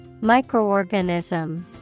Microorganism